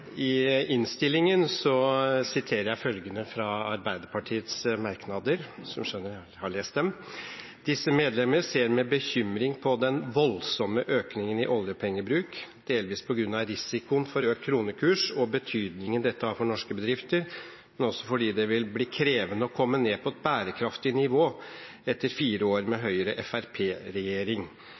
i innstillingen står følgende, og da skjønner man at jeg har lest dem: «Disse medlemmer ser med bekymring på den voldsomme økningen i oljepengebruk, delvis på grunn av risikoen for økt kronekurs og betydningen dette har for norske bedrifter, men også fordi det vil bli krevende å komme ned på et bærekraftig nivå etter fire år med